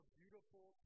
beautiful